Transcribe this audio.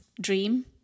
dream